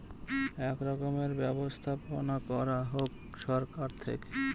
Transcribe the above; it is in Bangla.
এক রকমের ব্যবস্থাপনা করা হোক সরকার থেকে